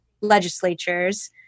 legislatures